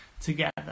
together